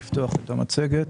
נפתח את המצגת.